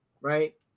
right